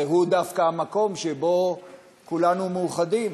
והוא דווקא המקום שבו כולנו מאוחדים.